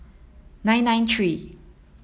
nine nine three